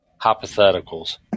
Hypotheticals